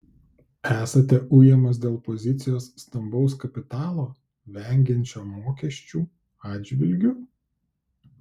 esate ujamas dėl pozicijos stambaus kapitalo vengiančio mokesčių atžvilgiu